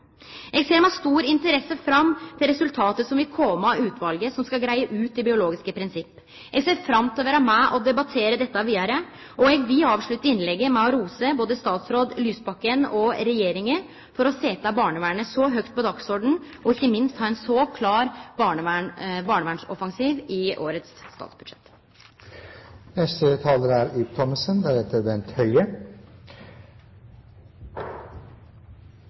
Eg ser med stor interesse fram til resultatet frå det utvalet som skal greie ut det biologiske prinsippet, og eg ser fram til å vere med og debattere dette vidare. Eg vil avslutte innlegget med å rose både statsråd Lysbakken og regjeringa for å setje barnevernet så høgt på dagsordenen, og ikkje minst for å ha ein så klar barnevernsoffensiv i årets statsbudsjett.